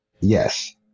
yes